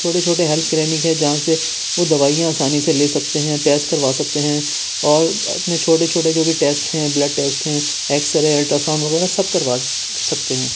چھوٹے چھوٹے health clinic ہیں جہاں سے وہ دوائیاں آسانی سے لے سکتے ہیں ٹیسٹ کروا سکتے ہیں اور اپنے چھوٹے چھوٹے جو بھی ٹیسٹ ہیں بلڈ ٹیسٹ ہیں ایکسرے الٹراساؤنڈ وغیرہ سب کروا سکتے ہیں